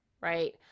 right